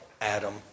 Adam